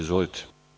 Izvolite.